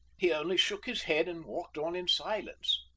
he only shook his head, and walked on in silence.